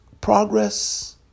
progress